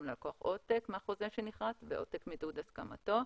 ללקוח עותק מהחוזה שנכרת ועותק מתיעוד הסכמתו.